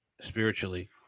spiritually